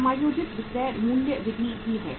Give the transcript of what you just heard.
समायोजित विक्रय मूल्य विधि भी है